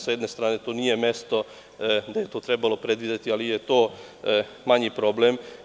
S jedne strane, to nije mesto gde je to trebalo predvideti, ali je to manji problem.